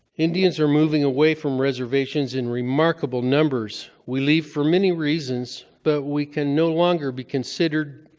indians are moving away from reservations in remarkable numbers. we leave for many reasons, but we can no longer be considered,